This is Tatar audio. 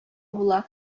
була